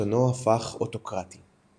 ושלטונו הפך אוטוקרטי.